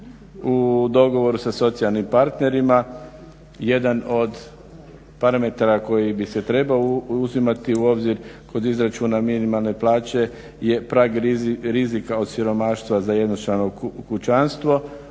u dogovoru sa socijalnim partnerima jedan od parametara koji bi se trebao uzimati u obzir kod izračuna minimalne plaće je prag rizika od siromaštva za jednočlano kućanstvo.